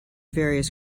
various